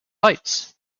heights